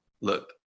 look